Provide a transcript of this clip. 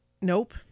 Nope